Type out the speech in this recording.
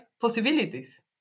possibilities